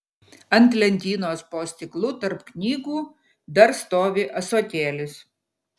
ant lentynos po stiklu tarp knygų dar stovi ąsotėlis